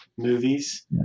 movies